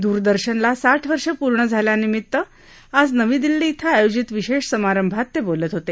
दूरदर्शनला साठ वर्ष पूर्ण झाल्यानिमित्त आज नवी दिल्ली श्व आयोजित विशेष समारंभात ते बोलत होते